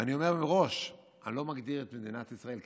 ואני אומר מראש: אני לא מגדיר את מדינת ישראל כמלכות,